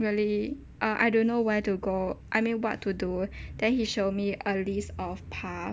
really uh I don't know where to go I mean what to do then he show me a list of path